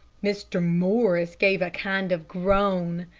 mr. morris gave a kind of groan.